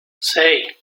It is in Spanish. seis